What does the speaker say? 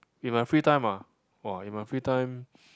in my free time ah [wah] in my free time